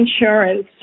insurance